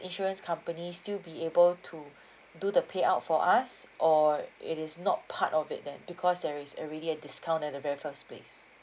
insurance company still be able to do the payout for us or it is not part of it then because there is already a discount at the very first place